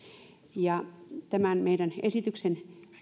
tämän meidän esityksemme